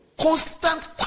constant